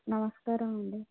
నమస్కారం అండి